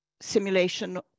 simulation